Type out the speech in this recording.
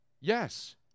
Yes